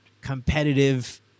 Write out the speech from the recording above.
competitive